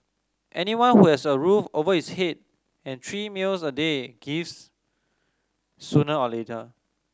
anyone who has a roof over his head and three meals a day gives sooner or later